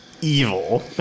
evil